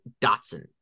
dotson